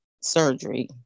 surgery